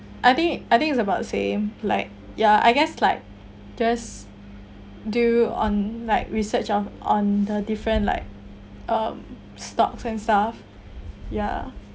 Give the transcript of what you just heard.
I think I think it's about same like ya I guess like just do on like research on on the different like um stocks and stuff ya